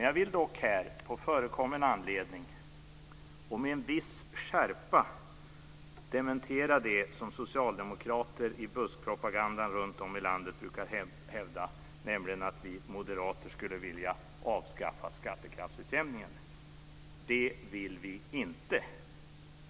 Jag vill dock här, på förekommen anledning och med viss skärpa, dementera det som socialdemokrater i buskpropaganda runtom i landet brukar hävda, nämligen att vi moderater skulle vilja avskaffa skattekraftsutjämningen. Det vill vi inte!